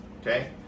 Okay